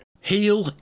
Heal